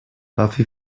buffy